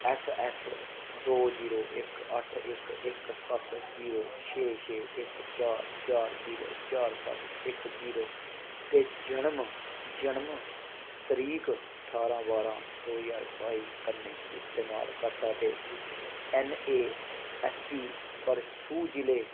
S X दो zero इक अठ्ठ इक इक सत्त जीरो छे छे इक चार चार जीरो चार सत्त इक जीरो ते जनम जनम तरीक ठारां बारां दो ज्हार बाई कन्नै इस्तमालकर्ता दे ऐन्न ऐ एस पी पर सू जि'ले